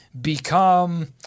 become